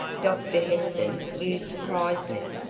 doctor heston, you surprise me.